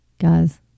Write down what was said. guys